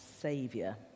Saviour